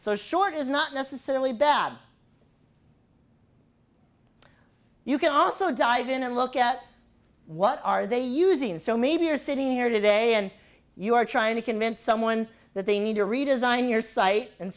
so short is not necessarily bad you can also dive in and look at what are they using so maybe you're sitting here today and you are trying to convince someone that they need to redesign your site and